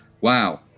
Wow